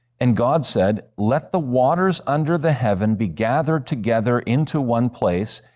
and god said, let the waters under the heavens be gathered together into one place,